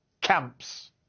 camps